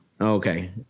okay